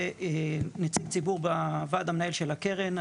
אני נציג ציבור בוועד המנהל של הקרן.